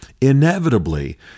Inevitably